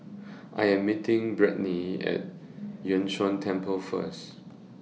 I Am meeting Brittnie At Yun Shan Temple First